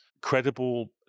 credible